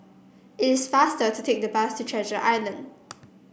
it is faster to take the bus to Treasure Island